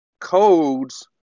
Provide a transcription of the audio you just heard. Codes